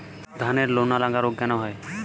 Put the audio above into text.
ধানের লোনা লাগা রোগ কেন হয়?